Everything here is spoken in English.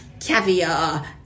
caviar